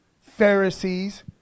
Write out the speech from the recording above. Pharisees